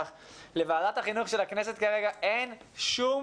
שלוועדת החינוך של הכנסת כרגע אין שום